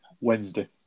Wednesday